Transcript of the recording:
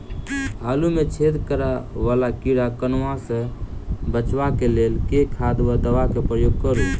आलु मे छेद करा वला कीड़ा कन्वा सँ बचाब केँ लेल केँ खाद वा दवा केँ प्रयोग करू?